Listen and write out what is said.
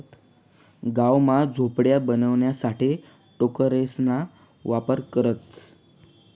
गाव मा झोपड्या बनवाणासाठे टोकरेसना वापर करतसं